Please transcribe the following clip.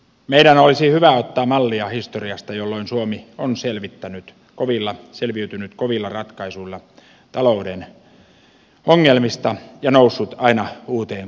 meidän olisi hyvä ottaa mallia historiasta jolloin suomi on selviytynyt kovilla ratkaisuilla talouden ongelmista ja noussut aina uuteen kukoistukseen